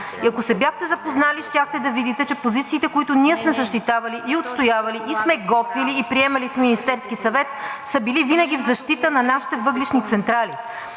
и ако се бяхте запознали, щяхте да видите, че позициите, които ние сме защитавали, отстоявали и сме готвили и приемали в Министерския съвет, са били винаги в защита на нашите въглищни централи.